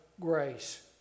grace